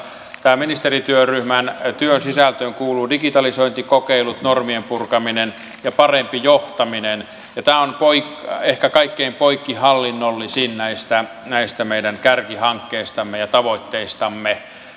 tämän ministerityöryhmän työn sisältöön kuuluvat digitalisointikokeilut normien purkaminen ja parempi johtaminen ja tämä on ehkä kaikkein poikkihallinnollisin näistä meidän kärkihankkeistamme ja tavoitteistamme